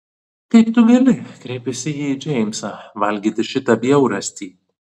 kaip tu gali kreipėsi ji į džeimsą valgyti šitą bjaurastį